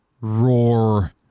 roar